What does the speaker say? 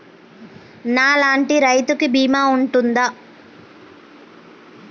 నా లాంటి రైతు కి బీమా ఉంటుందా?